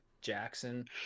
Jackson